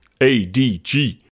A-D-G